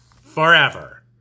forever